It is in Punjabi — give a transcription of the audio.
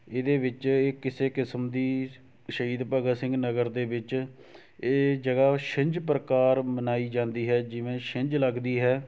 ਇਹਦੇ ਵਿੱਚ ਇਹ ਕਿਸੇ ਕਿਸਮ ਦੀ ਸ਼ਹੀਦ ਭਗਤ ਸਿੰਘ ਨਗਰ ਦੇ ਵਿੱਚ ਇਹ ਜਗ੍ਹਾ ਛਿੰਝ ਪ੍ਰਕਾਰ ਮਨਾਈ ਜਾਂਦੀ ਹੈ ਜਿਵੇਂ ਛਿੰਝ ਲੱਗਦੀ ਹੈ